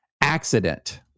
Accident